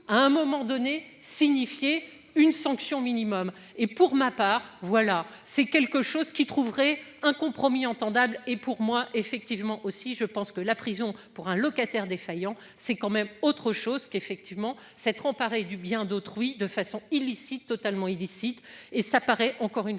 à un moment donné signifier une sanction minimum et pour ma part, voilà c'est quelque chose qui trouverait un compromis entendable et pour moi, effectivement, aussi je pense que la prison pour un locataire défaillant, c'est quand même autre chose qu'effectivement s'être emparé du bien d'autrui de façon illicite totalement illicite et ça paraît encore une fois